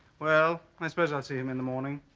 well i suppose i see him in the morning.